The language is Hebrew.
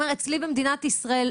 מה היעדים שלכם להורדת הזמנים הזאת?